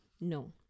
No